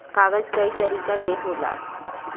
कागज कई तरीका के होला